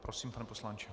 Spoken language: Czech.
Prosím, pane poslanče.